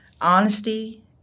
Honesty